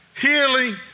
healing